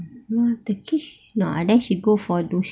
mm turkish not ah then she go for